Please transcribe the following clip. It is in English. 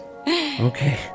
Okay